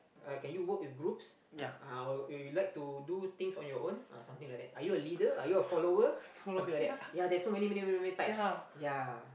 uh can you work in groups ah you you like to do things on your own or something like that are you a leader are you a follower something like that ya there's so many many many many types ya